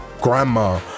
grandma